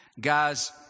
guys